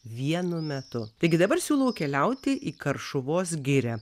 vienu metu taigi dabar siūlau keliauti į karšuvos girią